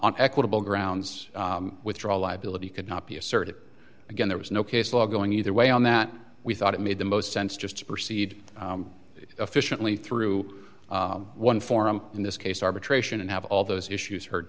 that equitable grounds withdraw liability could not be asserted again there was no case law going either way on that we thought it made the most sense just to proceed efficiently through one forum in this case arbitration and have all those issues heard